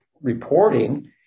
reporting